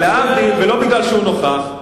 לא בגלל שהוא נוכח,